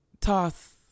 toss